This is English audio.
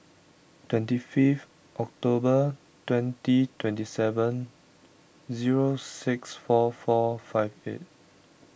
twenty fifth October twenty twenty seven zero six four four five eight